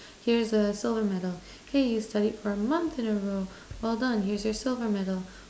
here's a silver medal hey you studied for a month in a row well done here's your silver medal